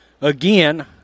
again